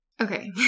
Okay